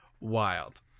wild